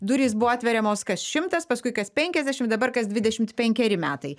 durys buvo atveriamos kas šimtas paskui kas penkiasdešimt dabar kas dvidešimt penkeri metai